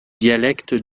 dialecte